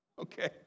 Okay